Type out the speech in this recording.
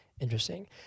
Interesting